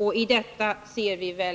Om detta verkar vi vara